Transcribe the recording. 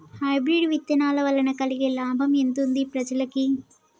Hybrid విత్తనాల వలన కలిగే లాభం ఎంతుంది ప్రజలకి?